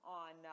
on